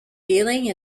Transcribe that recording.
dealing